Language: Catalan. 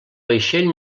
vaixell